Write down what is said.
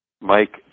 Mike